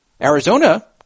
Arizona